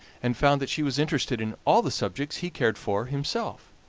and found that she was interested in all the subjects he cared for himself,